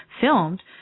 filmed